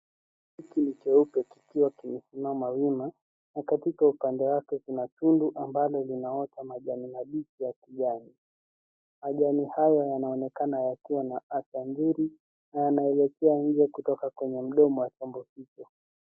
Hiki ni kyeupe kikiwa kimesimama wima na katika kando yake kuna tundu ambalo linaota majani mabichi ya kijani. Majani haya yanaonekana yakiwa na afya nzuri na yanaelekea nje kutoka kwenye mdomo wa chombo hicho.